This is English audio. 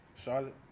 Charlotte